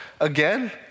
again